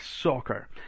Soccer